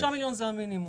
5 מיליון זה המינימום.